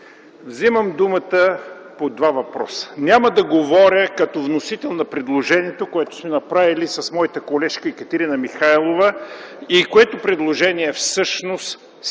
Вземам думата по два въпроса. Няма да говоря като вносител на предложението, което сме направили с моята колежка Екатерина Михайлова и което всъщност